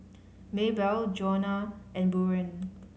Maybelle Joanna and Buren